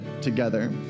together